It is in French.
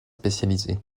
spécialisés